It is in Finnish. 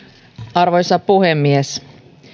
arvoisa puhemies